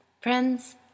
Friends